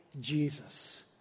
Jesus